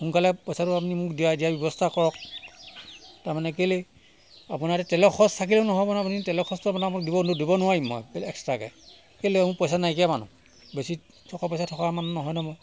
সোনকালে পইচাটো আপুনি মোক দিয়াই দিয়া ব্যৱস্থা কৰক তাৰ মানে কেলে আপোনাৰ এতিয়া তেলৰ খৰচ থাকিলেই নহ'ব নহয় আপুনি তেলৰ খৰচটো আপোনাক মই দিব নোৱাৰিম মই এক্সট্ৰাকৈ কেলে মই পইচা নাইকিয়া মানুহ বেছি টকা পইচা থকা মানুহ নহয় নহয় মই